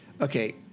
Okay